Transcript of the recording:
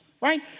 right